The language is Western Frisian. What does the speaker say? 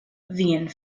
wiene